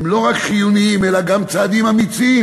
הם לא רק חיוניים אלא גם צעדים אמיצים.